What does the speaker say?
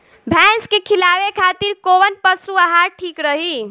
भैंस के खिलावे खातिर कोवन पशु आहार ठीक रही?